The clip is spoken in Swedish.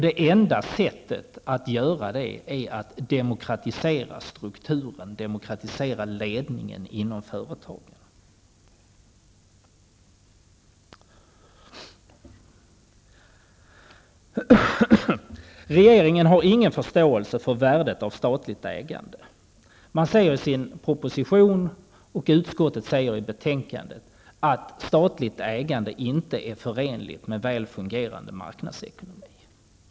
Det enda sättet att göra det på är att demokratisera strukturen, ledningen inom företagen. Regeringen har ingen förståelse för värdet av statligt ägande. Man säger i sin proposition, och utskottet säger i betänkandet, att statligt ägande inte är förenligt med en väl fungerande marknadsekonomi.